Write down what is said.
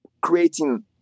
creating